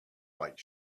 like